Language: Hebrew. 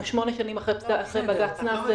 אנחנו שמונה שנים אחרי בג"ץ נאסר.